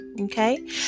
okay